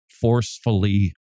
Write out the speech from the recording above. forcefully